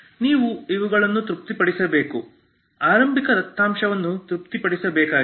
ನೀವು ಇವುಗಳನ್ನು ತೃಪ್ತಿಪಡಿಸಬೇಕು ಆರಂಭಿಕ ದತ್ತಾಂಶವನ್ನು ತೃಪ್ತಿಪಡಿಸಬೇಕಾಗಿದೆ